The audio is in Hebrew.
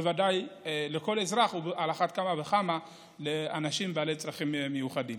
בוודאי לכל אזרח ועל אחת וכמה לאנשים בעלי צרכים מיוחדים.